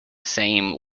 same